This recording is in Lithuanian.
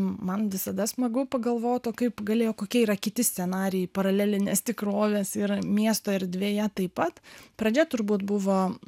man visada smagu pagalvot o kaip galėjo kokie yra kiti scenarijai paralelinės tikrovės ir miesto erdvėje taip pat pradžia turbūt buvo